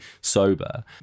sober